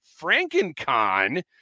FrankenCon